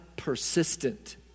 Persistent